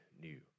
new